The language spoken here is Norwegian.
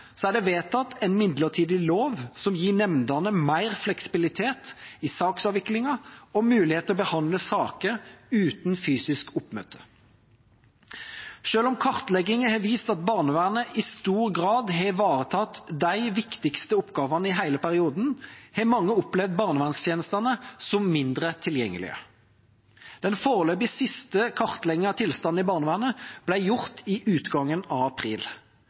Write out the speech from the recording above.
er det vedtatt en midlertidig lov som gir nemndene mer fleksibilitet i saksavviklingen og mulighet til å behandle saker uten fysisk oppmøte. Selv om kartlegginger har vist at barnevernet i stor grad har ivaretatt de viktigste oppgavene i hele perioden, har mange opplevd barnevernstjenestene som mindre tilgjengelige. Den foreløpig siste kartleggingen av tilstanden i barnevernet ble gjort i utgangen av april.